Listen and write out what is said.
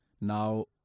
Now